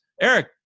Eric